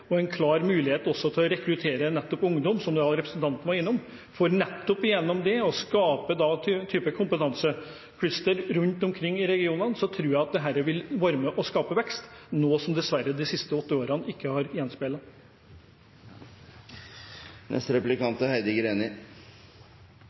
være en klar styrke og en god mulighet – også til å rekruttere ungdom, som representanten var inne på. Det å skape kompetanseclustre rundt omkring i regionene tror jeg vil være med på å skape vekst – noe som dessverre ikke gjenspeiler de siste åtte årene. Det har